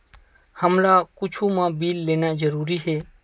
हमला कुछु मा बिल लेना जरूरी हे?